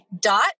dot